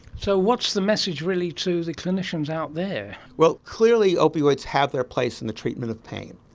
so what's the message really to the clinicians out there? well, clearly opioids have their place in the treatment of pain.